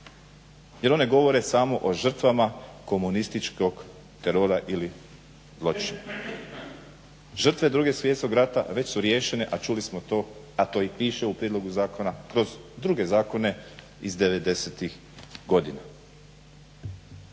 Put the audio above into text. jer one govore samo o žrtvama komunističkog terora ili zločina. Žrtve Drugog svjetskog rata već su riješene, a čuli smo to, a to i piše u prijedlogu zakona, kroz druge zakone iz '90.-tih godina.